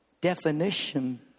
definition